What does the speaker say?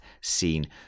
seen